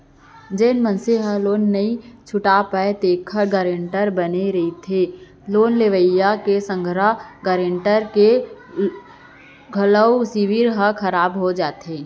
जेन मनसे ह लोन नइ छूट पावय तेखर गारेंटर बने होथे त लोन लेवइया के संघरा गारेंटर के घलो सिविल ह खराब हो जाथे